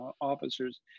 officers